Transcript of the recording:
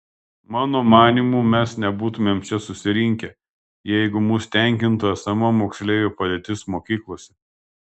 mano manymu mes nebūtumėm čia susirinkę jeigu mus tenkintų esama moksleivių padėtis mokyklose